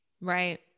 Right